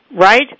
Right